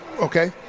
okay